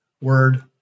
word